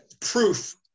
proof